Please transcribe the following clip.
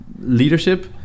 leadership